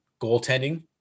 goaltending